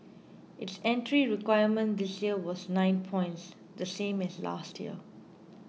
its entry requirement this year was nine points the same as last year